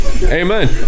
amen